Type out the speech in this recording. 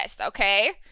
okay